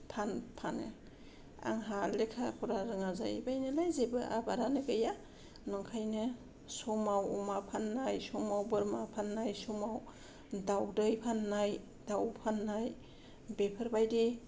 फान फानो आंहा लेखा फरा रोङा जाहैबाय नालाय जेबो आबादानो गैया ओंखायनो समाव अमा फाननाय समाव बोरमा फाननाय समाव दाउदै फाननाय दाउ फाननाय बेफोरबायदि